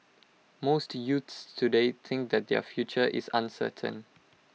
most youths today think that their future is uncertain